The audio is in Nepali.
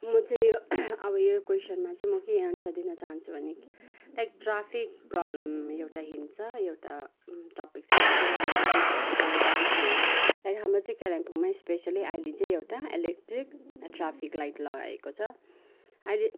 म चाहिँ यो अब यो कोइसनमा चाहिँ म के एन्सर दिन चहान्छु भने लाइक ट्राफिक प्रबल्म एउटा हिन्ट छ एउटा टपिक छ यस्को बारेमा चाहिँ म के भन्न चहान्छु भने लाइक हाम्रो चाहिँ कालिम्पोङमै स्पेसियली अहिले चाहिँ एउटा इलेक्ट्रिक ट्राफिक लाइट लगाएको छ अहिले